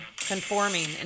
conforming